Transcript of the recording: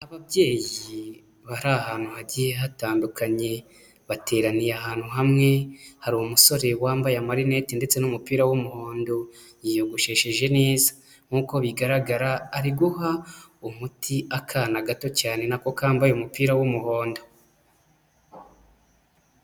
Ababyeyi bari ahantu hagiye hatandukanye. Bateraniye ahantu hamwe, hari umusore wambaye amarinete ndetse n'umupira w'umuhondo. Yiyogoshesheje neza. Nkuko bigaragara ari guha umuti akana gato cyane na ko kambaye umupira w'umuhondo.